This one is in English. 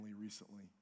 recently